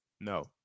No